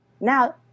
Now